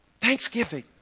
Thanksgiving